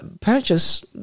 Purchase